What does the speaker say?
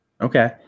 Okay